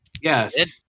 Yes